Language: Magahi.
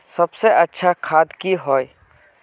सबसे अच्छा खाद की होय?